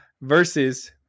versus